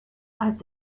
als